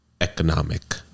Economic